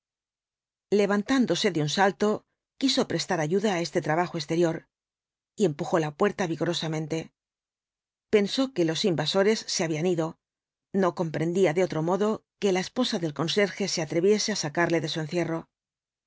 levantándose de un salto quiso prestar ayuda á este trabajo exterior y empujó la puerta vigorosamente pensó que los invasores se habían ido no comprendía de otro modo que la esposa del conserje se atreviese á sacarle de su encierro